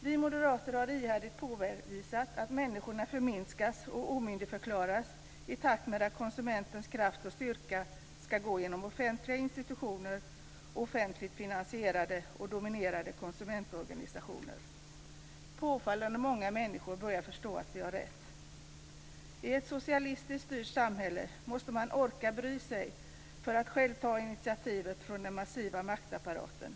Vi moderater har ihärdigt påvisat att människorna förminskas och omyndigförklaras i och med att konsumentens kraft och styrka skall gå genom offentliga institutioner och offentligt finansierade och dominerade konsumentorganisationer. Påfallande många människor börjar förstå att vi har rätt. I ett socialistiskt styrt samhälle måste man orka bry sig för att själv kunna ta initiativet från den massiva maktapparaten.